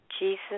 Jesus